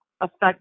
affect